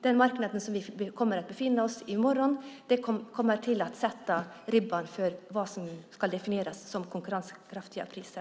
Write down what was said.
Den marknad som vi kommer att befinna oss på i morgon kommer att sätta ribban för vad som då ska definieras som konkurrenskraftiga priser.